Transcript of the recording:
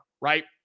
Right